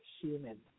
human